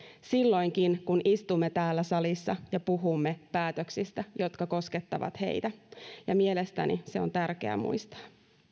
silloinkin kun istumme täällä salissa ja puhumme päätöksistä jotka koskettavat heitä ja mielestäni se on tärkeä muistaa